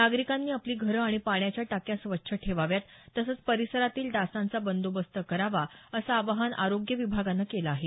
नागरिकांनी आपली घरं आणि पाण्याच्या टाक्या स्वच्छ ठेवाव्यात तसंच परिसरातील डासांचा बंदोबस्त करावा असं आवाहन आरोग्य विभागानं केलं आहे